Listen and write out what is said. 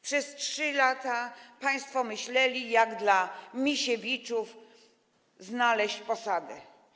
Przez 3 lata państwo myśleli, jak dla Misiewiczów znaleźć posady.